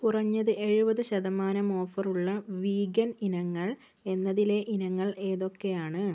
കുറഞ്ഞത് എഴുപത് ശതമാനം ഓഫർ ഉള്ള വീഗൻ ഇനങ്ങൾ എന്നതിലെ ഇനങ്ങൾ ഏതൊക്കെയാണ്